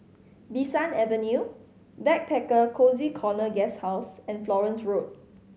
Bee San Avenue Backpacker Cozy Corner Guesthouse and Florence Road